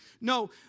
No